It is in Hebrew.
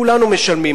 כולנו משלמים.